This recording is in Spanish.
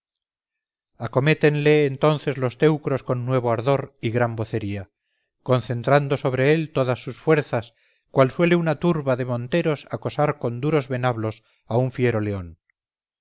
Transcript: acométenle entonces los teucros con nuevo ardor y gran vocería concentrando sobre él todas sus fuerzas cual suele una turba de monteros acosar con duros venablos a un fiero león